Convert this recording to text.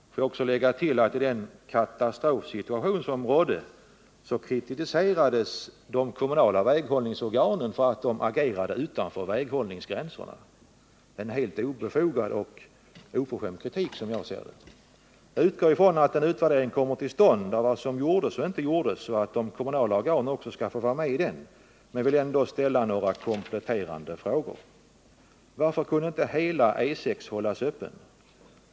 Jag vill också lägga till att i den katastrofsituation som rådde kritiserades de kommunala väghållningsorganen för att de agerade utanför väghållningsgränserna — en helt obefogad och oförskämd kritik, som jag ser det. Jag utgår ifrån att en utvärdering kommer till stånd av vad som gjordes och inte gjordes och att de kommunala organen också får vara med i den, men jag vill ändå ställa några kompletterande frågor. Varför kunde inte hela E6 hållas öppen?